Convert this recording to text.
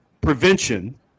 prevention